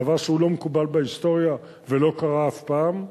דבר שהוא לא מקובל בהיסטוריה ולא קרה אף פעם,